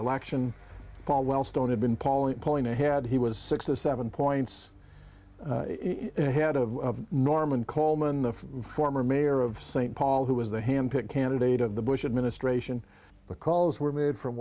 election paul wellstone had been pauli pulling ahead he was six or seven points ahead of norman coleman the former mayor of st paul who was the hand picked candidate of the bush administration the calls were made from